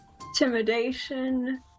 Intimidation